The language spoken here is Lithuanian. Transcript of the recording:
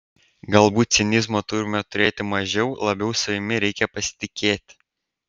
galbūt cinizmo turime turėti mažiau labiau savimi reikia pasitikėti